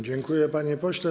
Dziękuję, panie pośle.